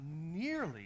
nearly